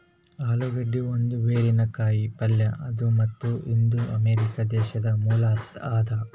ಆಲೂಗಡ್ಡಿ ಒಂದ್ ಬೇರಿನ ಕಾಯಿ ಪಲ್ಯ ಅದಾ ಮತ್ತ್ ಇದು ಅಮೆರಿಕಾ ದೇಶದ್ ಮೂಲ ಅದಾ